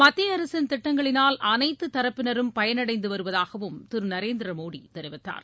மத்திய அரசின் திட்டங்களினால் அனைத்து தரப்பினரும் பயனடைந்து வருவதாகவும் திரு நரேந்திர மோடி தெரிவித்தார்